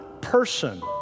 person